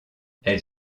elle